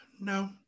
No